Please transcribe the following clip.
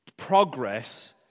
progress